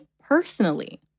personally